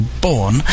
born